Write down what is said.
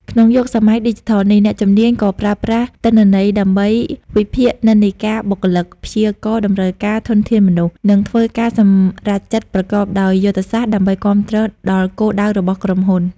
ក្នុងយុគសម័យឌីជីថលនេះ អ្នកជំនាញ ក៏ប្រើប្រាស់ទិន្នន័យដើម្បីវិភាគនិន្នាការបុគ្គលិក ព្យាករណ៍តម្រូវការធនធានមនុស្ស និងធ្វើការសម្រេចចិត្តប្រកបដោយយុទ្ធសាស្ត្រ ដើម្បីគាំទ្រដល់គោលដៅរបស់ក្រុមហ៊ុន។